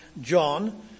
John